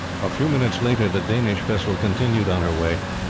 a few minutes later, the danish vessel continued on her way,